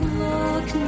look